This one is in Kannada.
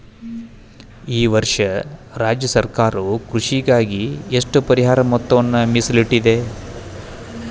ಈ ವರ್ಷ ರಾಜ್ಯ ಸರ್ಕಾರವು ಕೃಷಿಗಾಗಿ ಎಷ್ಟು ಪರಿಹಾರ ಮೊತ್ತವನ್ನು ಮೇಸಲಿಟ್ಟಿದೆ?